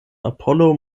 apollo